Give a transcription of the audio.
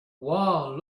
wow